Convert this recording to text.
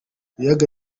ibiyaga